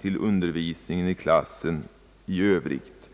till undervisningen i klassen i övrigt.